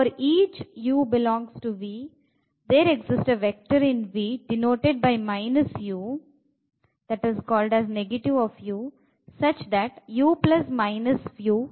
For each a vector in denoted by s